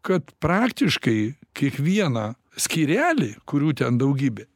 kad praktiškai kiekvieną skyrelį kurių ten daugybė